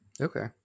Okay